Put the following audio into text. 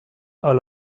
all